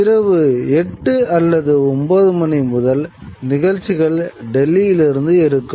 இரவு 8 அல்லது 9 மணி முதல் நிகழ்ச்சிகள் டெல்லியிலிருந்து இருக்கும்